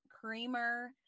creamer